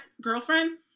girlfriend